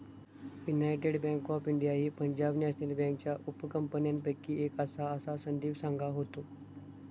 United bank of India ही Punjab national बँकेच्या उपकंपन्यांपैकी एक आसा, असा संदीप सांगा होतो